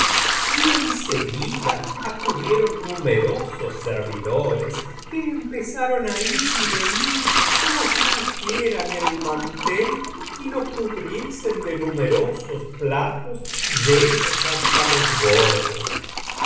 y en seguida acudieron numerosos servidores que empezaron á ir y venir como si pusieran el mantel y lo cubriesen de numerosos platos llenos hasta los bordes y